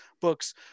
books